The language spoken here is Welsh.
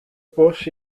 bws